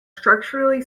structurally